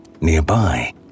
Nearby